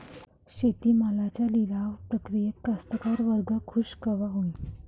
शेती मालाच्या लिलाव प्रक्रियेत कास्तकार वर्ग खूष कवा होईन?